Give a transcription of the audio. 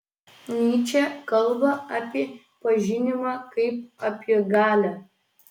nyčė kalba apie pažinimą kaip apie galią